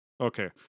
Okay